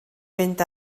fynd